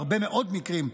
בהרבה מאוד מקרים,